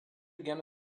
gerne